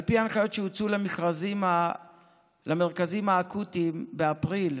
על פי הנחיות שהוצאו למרכזים האקוטיים באפריל,